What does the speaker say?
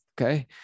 Okay